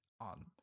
on